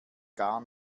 gar